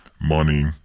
money